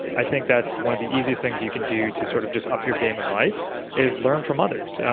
i think that's one of the easiest things you can do to sort of just up your game in life is learn from others.